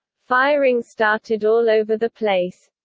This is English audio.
firing started all over the place.